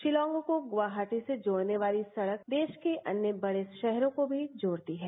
शिलांग को गुवाहाटी से जोड़ने वाली सड़क देश के अन्य बड़े शहरों को भी जोड़ती है